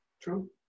True